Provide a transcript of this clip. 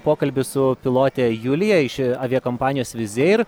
pokalbį su pilote julija iš aviakompanijos vizeir